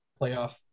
playoff